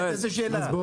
איזו שאלה?